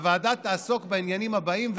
הוועדה תעסוק בעניינים הבאים,